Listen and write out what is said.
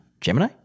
Gemini